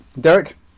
Derek